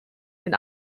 den